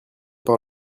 par